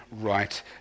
right